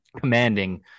commanding